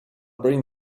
bring